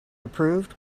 approved